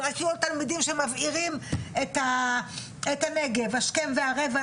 ורק יהיו לו תלמידים שמבעירים את הנגב השכם והערב.